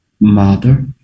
mother